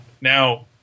Now